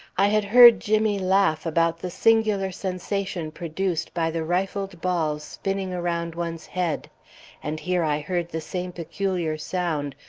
i had heard jimmy laugh about the singular sensation produced by the rifled balls spinning around one's head and here i heard the same peculiar sound,